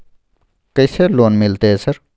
कैसे लोन मिलते है सर?